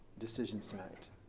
decisions tonight.